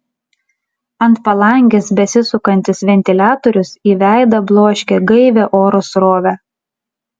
ant palangės besisukantis ventiliatorius į veidą bloškė gaivią oro srovę